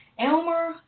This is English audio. Elmer